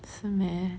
是 meh